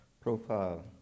profile